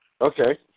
Okay